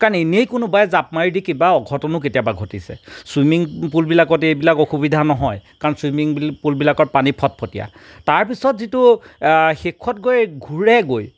কাৰণ এনেই কোনোবাই জাপ মাৰি দি কিবা অঘটনো কেতিয়াবা ঘটিছে চুইমিং পুলবিলাকতেই এইবিলাক অসুবিধা নহয় কাৰণ চুইমিং পুলবিলাকত পানী ফটফটীয়া তাৰ পিছত যিটো শেষত গৈ ঘূৰেগৈ